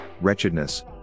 wretchedness